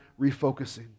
refocusing